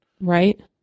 Right